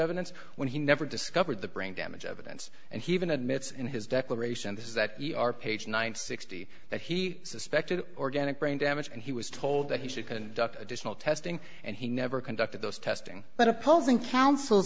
evidence when he never discovered the brain damage evidence and he even admits in his declaration this is that page nine sixty that he suspected organic brain damage and he was told that he should conduct additional testing and he never conducted those testing but opposing counsel